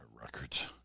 Records